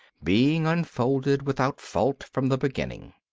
being unfolded without fault from the beginning.